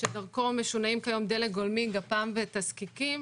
שדרכו משונעים כיום דלק גולמי גפ"מ ותזקיקים.